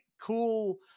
cool